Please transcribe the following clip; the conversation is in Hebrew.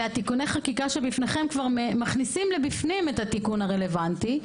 ותיקוני החקיקה שבפניכם כבר מכניסים פנימה את התיקון הרלוונטי,